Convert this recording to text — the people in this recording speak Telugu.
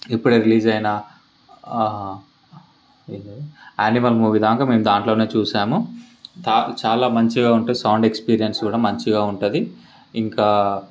ఇప్పుడే రిలీజ్ అయిన అనిమల్ మూవీ దాకా మేము దాంట్లోనే చూసాము చాలా మంచిగా ఉంటుంది సౌండ్ ఎక్స్పీరియన్స్ కూడా మంచిగా ఉంటుం ది ఇంకా